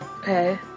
Okay